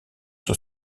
sur